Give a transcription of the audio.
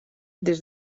des